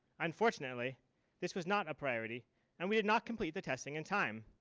unfortunately this was not a priority and we did not complete the testing and time.